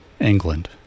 England